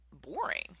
boring